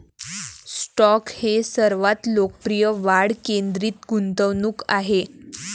stock हे सर्वात लोकप्रिय वाढ केंद्रित गुंतवणूक आहेत